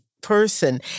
person